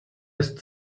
ist